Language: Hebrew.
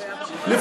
מה עם חובות?